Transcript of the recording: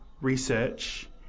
research